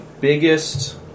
biggest